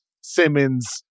Simmons